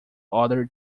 other